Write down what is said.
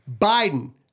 Biden